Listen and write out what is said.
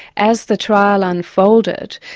as the trial unfolded,